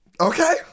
Okay